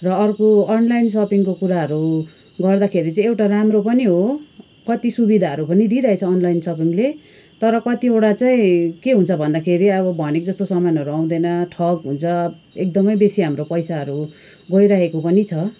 र अर्को अनलाइन सपिङको कुराहरू गर्दाखेरि चाहिँ एउटा राम्रो पनि हो कति सुविधाहरू पनि दिइरहेछ अनलाइन सपिङले तर कतिवटा चाहिँ के हुन्छ भन्दाखेरि अब भनेको जस्तो सामानहरू आउँदैन ठग हुन्छ एकदमै बेसी हाम्रो पैसाहरू गइरहेको पनि छ